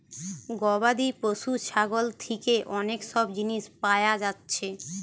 গবাদি পশু ছাগল থিকে অনেক সব জিনিস পায়া যাচ্ছে